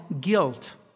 guilt